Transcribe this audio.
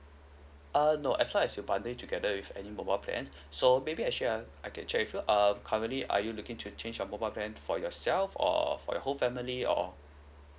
uh no as far as you bundle it together with any mobile plan so maybe I share I can check with you err currently are you looking to change your mobile plan for yourself or for your whole family or